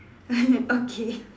okay